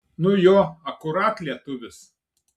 nu jo akurat lietuvis